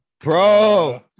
bro